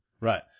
Right